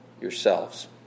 yourselves